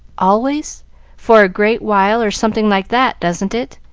always for a great while or something like that doesn't it?